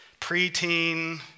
preteen